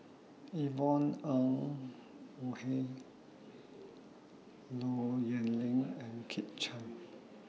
Yvonne Ng Uhde Low Yen Ling and Kit Chan